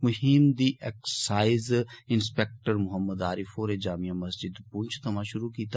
मुहिम दी excise inspector Mohammad Arif होरें जामिया मस्जिद पुंछ थमां शुरू कीता